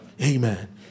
Amen